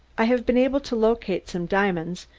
i've been able to locate some diamonds,